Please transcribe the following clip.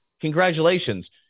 Congratulations